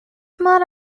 motto